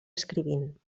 escrivint